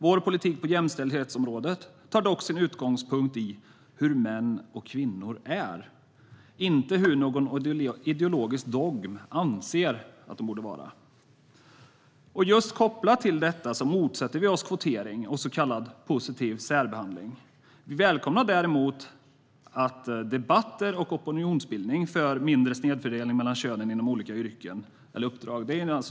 Vår politik på jämställdhetsområdet tar dock sin utgångspunkt i hur män och kvinnor är, inte hur någon ideologisk dogm anser att de borde vara. Kopplat till detta motsätter vi oss kvotering och så kallad positiv särbehandling. Vi välkomnar däremot debatter och opinionsbildning för en mindre snedfördelning mellan könen inom olika yrken eller uppdrag.